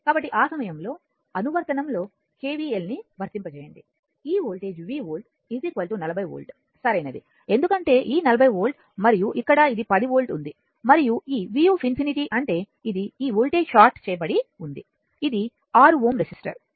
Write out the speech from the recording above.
కాబట్టి ఆ సమయంలో అనువర్తనంలో KVL ని వర్తింపచేయండి ఈ వోల్టేజ్ v వోల్ట్ 40 వోల్ట్ సరైనది ఎందుకంటే ఈ 40 వోల్ట్ మరియు ఇక్కడ ఇది 10 వోల్ట్ ఉంది మరియు ఈ v∞ అంటే ఇది ఈ వోల్టేజ్ షార్ట్ చేయబడివుంది ఇది 6 Ω రెసిస్టర్